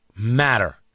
Matter